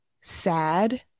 sad